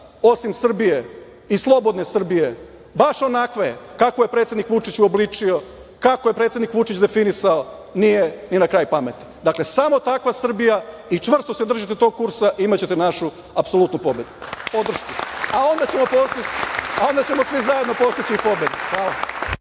osim Srbije i slobodne Srbije, baš onakve kako je predsednik Vučić uobličio, kako je predsednik Vučić definisao, nije ni na kraj pameti. Dakle, samo takva Srbija i čvrsto se držite tog kursa, imaćete našu apsolutnu podršku, a onda ćemo svi zajedno postići i pobedu.